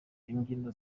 imbyino